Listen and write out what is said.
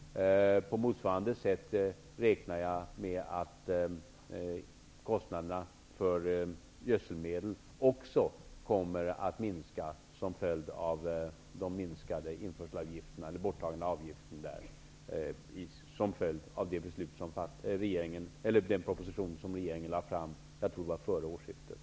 På motsvarande sätt räknar jag med att kostnaderna för gödselmedel också kommer att minska genom de borttagna avgifterna. Detta är en följd av den proposition som regeringen lade fram före årskiftet.